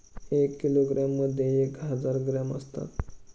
एक किलोग्रॅममध्ये एक हजार ग्रॅम असतात